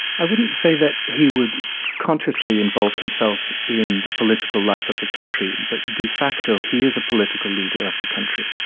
i wouldn't say that he would consciously involve himself in the political life of the country but de facto he is a political leader of the country.